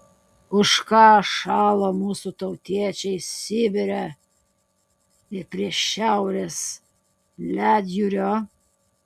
už ką šalo mūsų tautiečiai sibire ir prie šiaurės ledjūrio